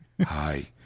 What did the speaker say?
Hi